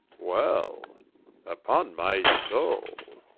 well upon my soul!